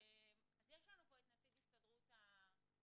אז יש לנו פה את נציג הסתדרות המורים,